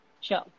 sure